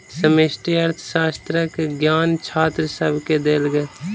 समष्टि अर्थशास्त्र के ज्ञान छात्र सभके देल गेल